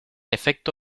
efecto